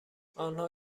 آنها